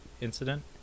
incident